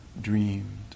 dreamed